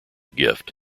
gift